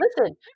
listen